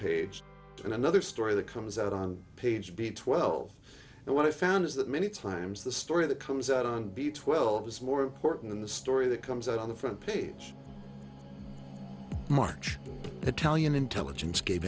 page and another story that comes out on page b twelve but what i found is that many times the story that comes out on b twelve is more important than the story that comes out on the front page much the talian intelligence gave